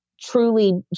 truly